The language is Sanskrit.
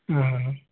हा हा हा